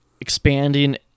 expanding